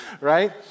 Right